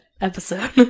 episode